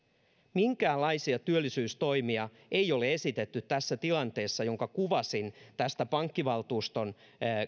minkäänlaisia työllisyystoimia ei ole esitetty tässä tilanteessa jonka kuvasin tästä pankkivaltuuston